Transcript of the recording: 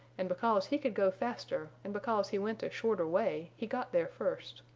and because he could go faster and because he went a shorter way he got there first.